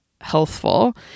healthful